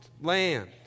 land